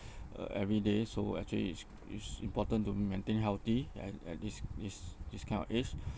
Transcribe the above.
uh every day so actually is is important to maintain healthy and at this this this kind of age